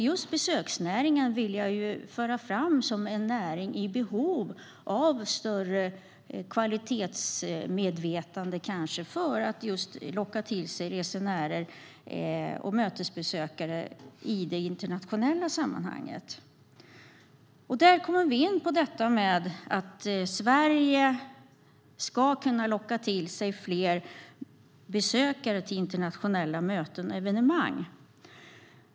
Just besöksnäringen vill jag föra fram som en näring i behov av större kvalitetsmedvetande för att locka till sig resenärer och mötesbesökare i det internationella sammanhanget. Då kommer vi in på detta med att Sverige ska kunna locka till sig fler besökare till internationella möten och evenemang.